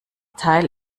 teil